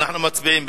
אנחנו מצביעים.